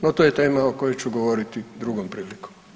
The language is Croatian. No, to je tema o kojoj ću govoriti drugom prilikom.